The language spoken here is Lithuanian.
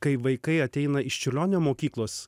kai vaikai ateina iš čiurlionio mokyklos